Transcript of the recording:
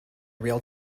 real